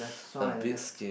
a bit skinny